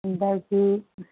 ꯑꯗꯒꯤ